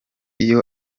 iyo